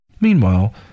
Meanwhile